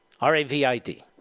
R-A-V-I-D